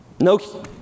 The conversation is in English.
no